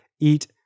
eat